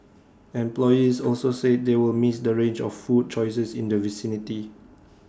employees also said they will miss the range of food choices in the vicinity